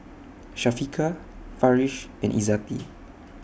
Syafiqah Farish and Izzati